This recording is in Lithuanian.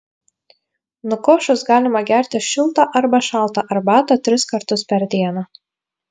nukošus galima gerti šiltą arba šaltą arbatą tris kartus per dieną